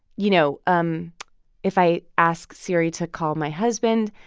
you know, um if i ask siri to call my husband,